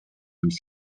lose